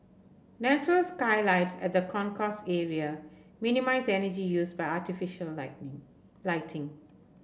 natural skylights at the concourse area minimise energy used by artificial lighting